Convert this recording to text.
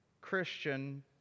Christian